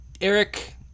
Eric